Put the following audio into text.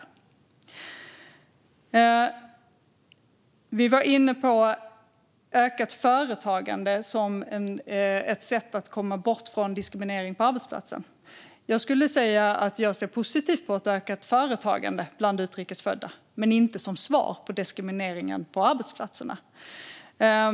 Vi var inne på ökat företagande som ett sätt att komma bort från diskriminering på arbetsplatsen. Jag skulle säga att jag ser positivt på ett ökat företagande bland utrikes födda men inte som svar på diskrimineringen på arbetsplatserna.